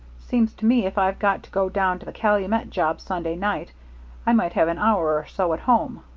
seems to me if i've got to go down to the calumet job sunday night i might have an hour or so at home